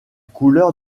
couleur